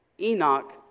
Enoch